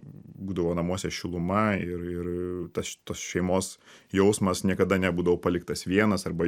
būdavo namuose šiluma ir ir tas tas šeimos jausmas niekada nebūdavau paliktas vienas arba